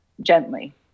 gently